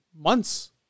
months